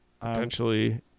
potentially